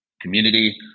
community